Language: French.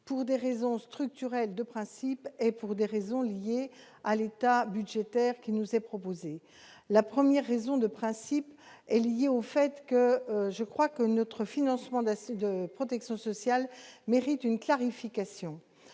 pour des raisons structurelles de principe et pour des raisons liées à l'état budgétaire qui nous est proposé, la première raison de principe est lié au fait que, je crois que notre financement d'asthme, de protection sociale mérite une clarification,